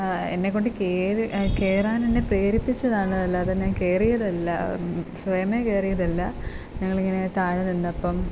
എന്നെ കൊണ്ട് കയറി കയറാൻ എന്നെ പ്രേരിപ്പിച്ചതാണ് അല്ലാതെ ഞാൻ കയറിയതല്ല സ്വയമേ കയറിയതല്ല ഞങ്ങൾ ഇങ്ങനെ താഴെ നിന്നപ്പം